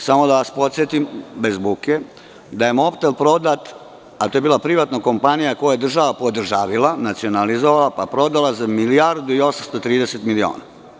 Samo da vas podsetim da je „Mobtel“ prodat, a to je bila privatna kompanija koju je država podržavila, nacionalizovala, pa prodala za milijardu i 830 miliona.